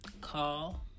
call